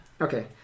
Okay